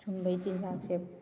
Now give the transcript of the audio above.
ꯁꯨꯝꯕꯩ ꯆꯤꯟꯖꯥꯛꯁꯦ